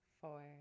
four